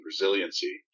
resiliency